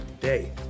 day